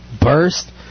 burst